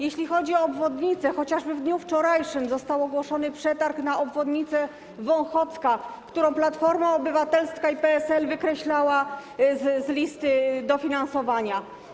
Jeśli chodzi o obwodnice, chociażby w dniu wczorajszym został ogłoszony przetarg na obwodnicę Wąchocka, którą Platforma Obywatelska i PSL wykreślały z listy dofinansowania.